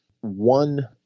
one